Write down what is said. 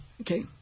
Okay